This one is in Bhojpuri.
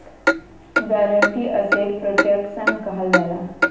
गारंटी असेट प्रोटेक्सन कहल जाला